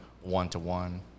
one-to-one